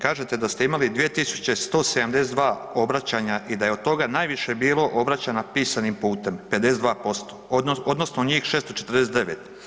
Kažete da ste imali 2172 obraćanja i da je od toga najviše bilo obraćanja pisanim putem, 52%, odnosno njih 649.